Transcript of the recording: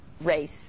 race